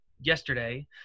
yesterday